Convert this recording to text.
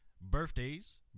birthdays